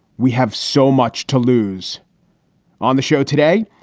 we have so much to lose on the show today.